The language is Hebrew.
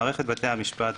מערכת בתי המשפט,